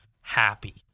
happy